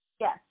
Yes